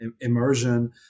immersion